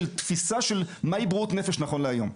התפיסה של מהי בריאות נפש נכון להיום,